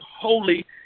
holy